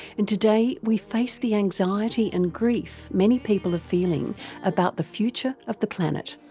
and today we face the anxiety and grief many people are feeling about the future of the planet.